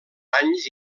anys